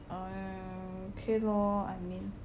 orh err okay lor I mean